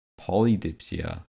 polydipsia